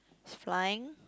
it's flying